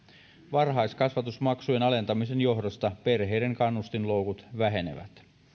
varhaiskasvatusmaksujen alentamisen johdosta perheiden kannustinloukut vähenevät